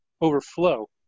overflow